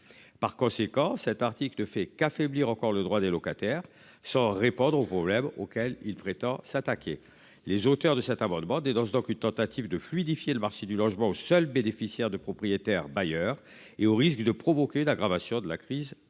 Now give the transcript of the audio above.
Par conséquent, cet article ne fait qu'affaiblir encore le droit des locataires sans répondre aux problèmes auxquels il prétend s'attaquer. Les auteurs de cet amendement des dans dans une tentative de fluidifier le marché du logement aux seuls bénéficiaires de propriétaires bailleurs et au risque de provoquer l'aggravation de la crise du